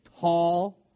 tall